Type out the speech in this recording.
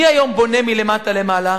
מי היום בונה מלמטה למעלה?